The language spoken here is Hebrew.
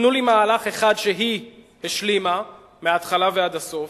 תנו לי מהלך אחד שהיא השלימה מההתחלה ועד הסוף.